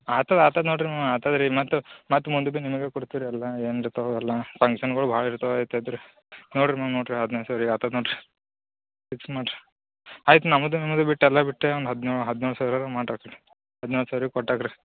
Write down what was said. ಆತದೆ ಆತದೆ ನೋಡಿರಿ ಆತದೆ ರೀ ಮತ್ತೆ ಮತ್ತೆ ಮುಂದು ಬಿ ನಿಮಗೆ ಕೊಡ್ತೀವಿ ರೀ ಎಲ್ಲ ಏನಿರತಾವೋ ಎಲ್ಲ ಫಂಕ್ಷನ್ಗಳು ಭಾಳ ಇರ್ತಾವೆ ಇರ್ತೈತೆ ರೀ ನೋಡಿರಿ ಮ್ಯಾಮ್ ನೋಡಿರಿ ಹದಿನೈದು ಸಾವಿರಿಗೆ ಆತದೆ ನೋಡಿರಿ ಫಿಕ್ಸ್ ಮಾಡಿರಿ ಆಯ್ತು ನಮ್ಮದು ನಿಮ್ಮದು ಬಿಟ್ಟು ಎಲ್ಲ ಬಿಟ್ಟು ಒಂದು ಹದಿನೇಳು ಹದಿನೇಳು ಸಾವಿರ ಮಾಡ್ಯಾರಿ ಹದಿನೇಳು ಸಾವಿರ ಕೊಟ್ಟಾಕಿರಿ